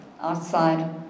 outside